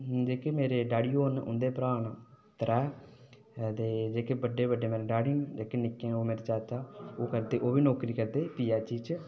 जेह्के मेरे डैडी होर न हुंदे भ्रा न त्रै ते जेह्के बड्डे बड्डे मेरे ड़ैड़ी न जेह्के निक्के न ओह् मेरे चाचा न ते ओह् बी नौकरी करदा न पीएचई च